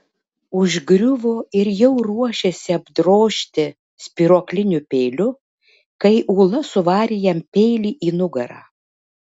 užgriuvo ir jau ruošėsi apdrožti spyruokliniu peiliu kai ula suvarė jam peilį į nugarą